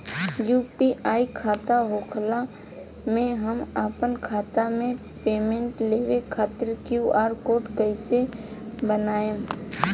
UPI खाता होखला मे हम आपन खाता मे पेमेंट लेवे खातिर क्यू.आर कोड कइसे बनाएम?